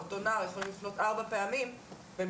או אותו נער יכולים לפנות ארבע פעמים והם